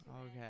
Okay